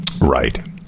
Right